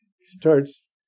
starts